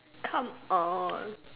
come on